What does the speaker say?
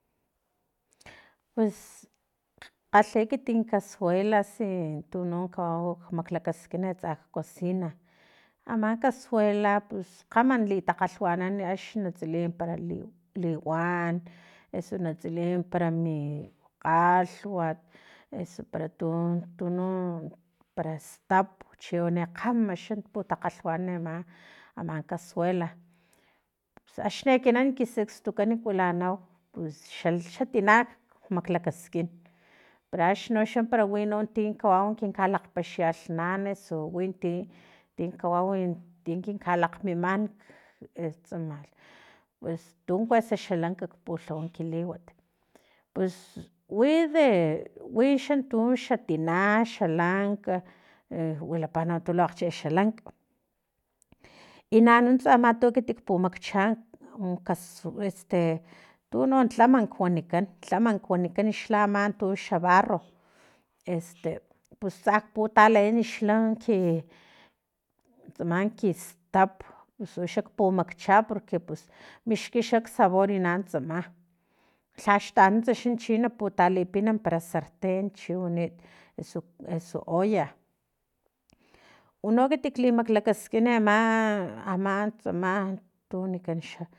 Pues khalhi ekiti casuelas e tunu kawau maklakaskin atsa kcosina ama casuela pus kgama litakgalhwanan axni na tsiliy para liwan eso na tsiliy para mi kgalhwat eso para tun tuno para tsap chiwani kgama xa litakgalhwanan ama ama casuela pus axni ekinan kisakstukan kilanau pus xa tina makglakaskin para axni noxa para winon ti kawau kinkalakgpalhalhnan eso wi ti tin kawau tin kin kalakgmiman e tsama pues tun kuesa xa lanka pulhawa ki liwat pus wi de wi xantu xatina xalank e wilapa untu akgche xa lank i nanuntsa na tu ekit lipumakcha kasu este tuno tlamank wanikan tlamank wanikan xla ama tu xa barro este pus tsa putaleen xtlamank tsama ki tsap usu xakpumakcha porque pus mixki xa ksabor na tsama lhax tanunts no chi naputalipin para sartren chiwanit eso olla uno ekit klimaklakaskin ama ama tsama tu wnikan xa